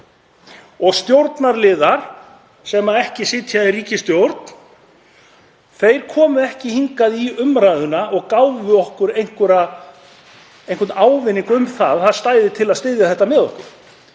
Og stjórnarliðar sem ekki sitja í ríkisstjórn komu ekki hingað í umræðuna og gáfu okkur einhverjar vonir um að til stæði að styðja þetta með okkur.